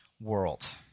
world